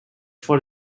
for